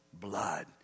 blood